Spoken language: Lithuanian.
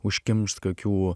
užkimšt kokių